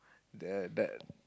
the the